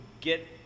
get